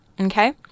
okay